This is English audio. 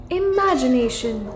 imagination